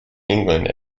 england